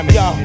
yo